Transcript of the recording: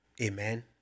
Amen